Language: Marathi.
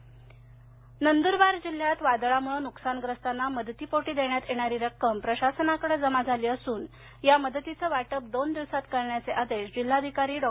नदुरबार नंदुरबार जिल्ह्यात वादळामुळे नुकसानग्रस्तांना मदतीपोटी देण्यात येणारी रक्कम प्रशासनाकडे जमा झाली असून या मदतीचे वाटप दोन दिवसात करण्याचे आदेश जिल्हाधिकारी डॉ